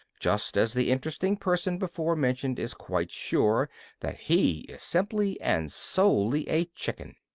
just as the interesting person before mentioned is quite sure that he is simply and solely a chicken.